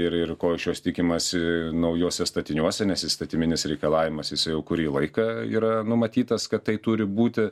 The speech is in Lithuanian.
ir ir ko iš jos tikimasi naujuose statiniuose nes įstatyminis reikalavimas jisai jau kurį laiką yra numatytas kad tai turi būti